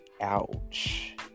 ouch